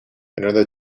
another